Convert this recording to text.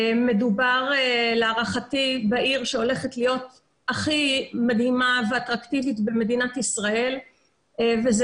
מדובר להערכתי בעיר שהולכת להיות הכי מדהימה ואטרקטיבית במדינת ישראל וזה